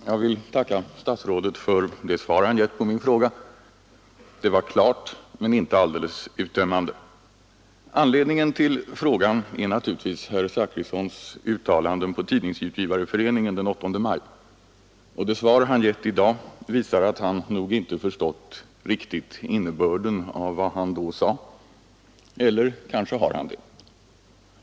Herr talman! Jag vill tacka statsrådet för det svar han gett på min fråga. Det var klart, men inte alldeles uttömmande. Anledningen till frågan är naturligtvis herr Zachrissons uttalanden hos Tidningsutgivareföreningen den 8 maj. Det svar han gett i dag visar att han nog inte riktigt förstått innebörden i vad han då sade — eller har han kanske det?